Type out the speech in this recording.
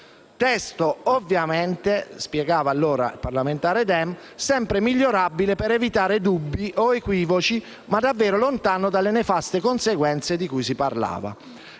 testo, ovviamente - spiegava allora il parlamentare Dem - era sempre migliorabile per evitare dubbi o equivoci, ma davvero lontano dalle nefaste conseguenze di cui si parlava.